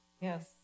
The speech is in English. yes